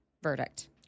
verdict